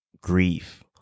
grief